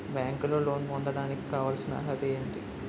బ్యాంకులో లోన్ పొందడానికి కావాల్సిన అర్హత ఏంటి?